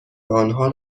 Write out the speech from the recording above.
آنها